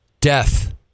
Death